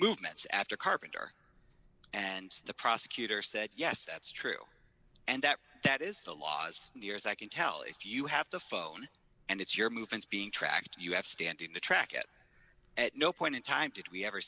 movements after carpenter and the prosecutor said yes that's true and that that is the law's near as i can tell if you have to phone and it's your movements being tracked you have standing to track it at no point in time did we ever